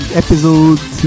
episode